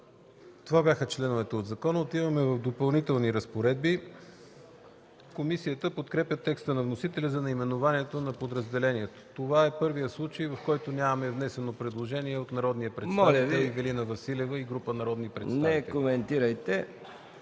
Това бяха членовете от закона. Отиваме към Допълнителни разпоредби. Комисията подкрепя текста на вносителя за наименованието на подразделението. Това е първият случай, в който нямаме внесено предложение от народния представител Ивелина Василева и група народни представители. ПРЕДСЕДАТЕЛ